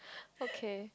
okay